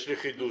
יש לי חידוש.